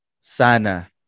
sana